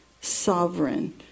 sovereign